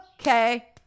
Okay